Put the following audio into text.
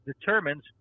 determines